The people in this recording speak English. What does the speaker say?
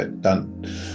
done